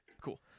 Cool